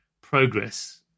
progress